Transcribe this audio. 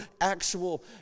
actual